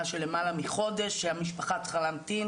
של למעלה מחודש שהמשפחה צריכה להמתין